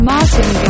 Martin